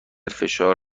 فشار